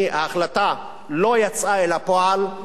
ההחלטה לא יצאה אל הפועל,